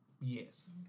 yes